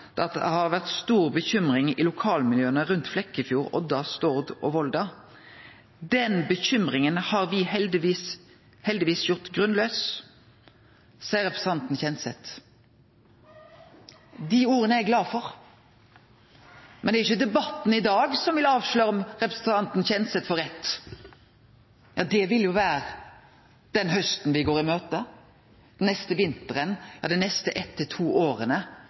det har vore stor bekymring i lokalmiljøa rundt Flekkefjord, Odda, Stord og Volda. Den bekymringa har me heldigvis gjort grunnlaus, seier representanten Kjenseth. Dei orda er eg glad for, men det er ikkje debatten i dag som vil avsløre om representanten Kjenseth får rett. Det vil vere den hausten me går i møte, den neste vinteren – ja dei neste eitt til to